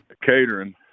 catering